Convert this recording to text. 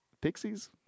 Pixies